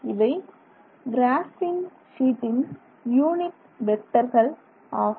இவை கிராபின் ஷீட்டின் யூனிட் வெக்டர்கள் ஆகும்